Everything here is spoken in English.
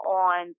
on